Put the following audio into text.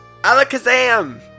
Alakazam